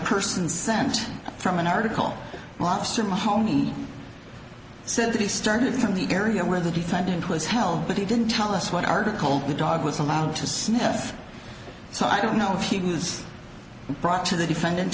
person sent from an article mobster mahoney said to be started from the area where the defendant was held but he didn't tell us what article the dog was allowed to snuff so i don't know if he was brought to the defendant